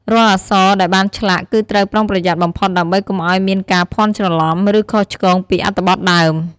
រាល់អក្សរដែលបានឆ្លាក់ គឺត្រូវប្រុងប្រយ័ត្នបំផុតដើម្បីកុំឱ្យមានការភាន់ច្រឡំ ឬខុសឆ្គងពីអត្ថបទដើម។